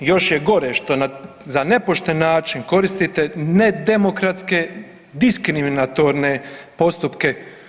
Još je gore što za nepošten način koristite nedemokratske diskriminatorne postupke.